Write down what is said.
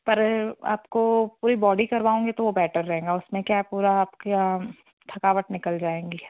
पर आपको पूरी बॉडी करवाओगे तो वह बेटर रहेगा उसमें क्या है पूरी आपकी थकावट निकल जाएगी